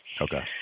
Okay